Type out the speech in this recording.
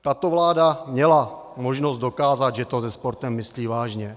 Tato vláda měla možnost dokázat, že to se sportem myslí vážně.